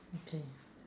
okay